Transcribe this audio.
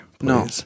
No